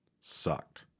sucked